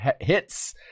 hits